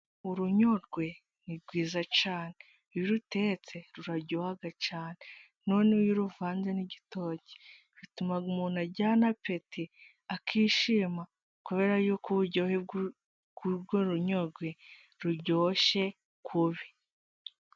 Urunyorwe ni rwiza cyane iyo urutetse ruraryohaga cyane, noneho iyo uruvanze n'igitoki bitumaga umuntu ajyana apeti, akishima kubera yuko uburyohe bw'urwo runyorwe ruryoshye kubi.